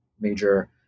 major